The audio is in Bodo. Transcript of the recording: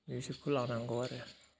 मिउजिकखौ लानांगौ आरो